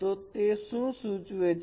તો તે શું સૂચવે છે